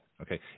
Okay